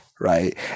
right